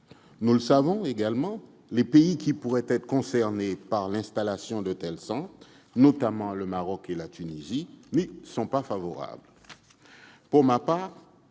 Nous le savons, les pays qui pourraient être concernés par l'installation de tels centres, notamment le Maroc ou la Tunisie, n'y sont pas favorables. Pour ma part,